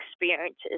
experiences